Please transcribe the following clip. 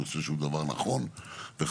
אני חושב שהוא דבר נכון וחשוב,